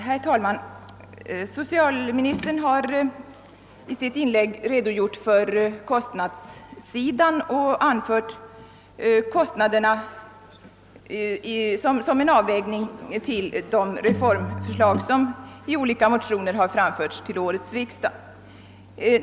Herr talman! Socialministern har i sitt inlägg redogjort för kostnadssidan och vägt kostnaderna mot de reformförslag som i olika motioner framförts till årets riksdag.